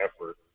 effort